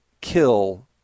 kill